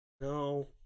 No